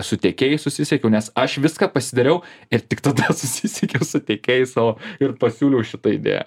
su tiekėjais susisiekiau nes aš viską pasidariau ir tik tada susisiekiau su tiekėjais savo ir pasiūliau šitą idėją